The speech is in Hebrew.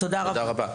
תודה רבה.